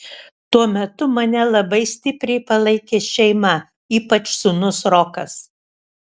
tuo metu mane labai stipriai palaikė šeima ypač sūnus rokas